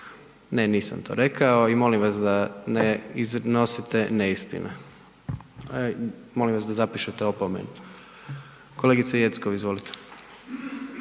Ne, nisam to rekao i molim vas da ne iznosite neistine. Molim vas da zapišete opomenu. Kolegice Jeckov, izvolite.